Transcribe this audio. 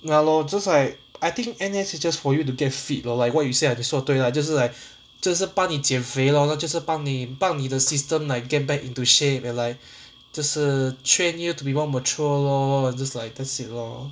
ya lor just like I think N_S is just for you to get fit lor like what you say I 你说对 lah 就是 like 就是帮你减肥 lor 那就是帮你帮你的 system like get back into shape and like 就是 train you to be more mature lor just like that's it lor